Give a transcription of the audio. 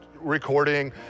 recording